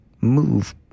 move